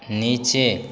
नीचे